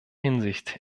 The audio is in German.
hinsicht